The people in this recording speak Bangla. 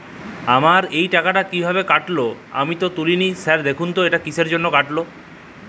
আমার এই টাকাটা কীভাবে কাটল আমি তো তুলিনি স্যার দেখুন তো এটা কিসের জন্য কাটল?